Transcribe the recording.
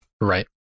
Right